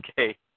okay